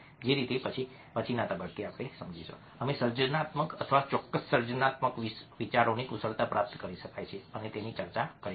જે રીતે પછીના તબક્કે અમે સર્જનાત્મકતા અથવા ચોક્કસ સર્જનાત્મક વિચારોની કુશળતા પ્રાપ્ત કરી શકાય છે તેની ચર્ચા કરીશું